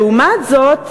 לעומת זאת,